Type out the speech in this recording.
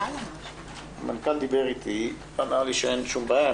המנכ"ל דיבר איתי ואמר לי שאין שום בעיה,